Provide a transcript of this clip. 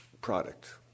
product